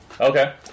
Okay